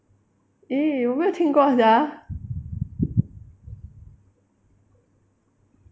!ee! 我没有听过 sia